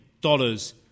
dollars